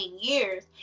years